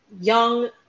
young